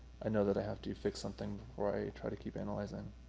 i know that i have to fix something before i try to keep analyzing.